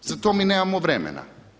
Za to mi nemamo vremena.